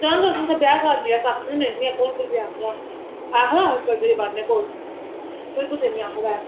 तां करिये गै ब्याह कारजे च अस आक्खने होन्ने इनेंगी इयां कुन कुसै गी आखदा इयां कुन कुसै गी आक्खदा इयां भांडे गी कोई बी कोई कुसै गी नेईं आक्खो गै